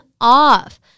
off